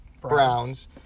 Browns